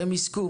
שהם יזכו.